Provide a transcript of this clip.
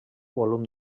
volum